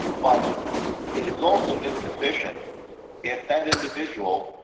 but it is also insufficient if that individual.